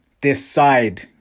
Decide